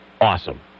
awesome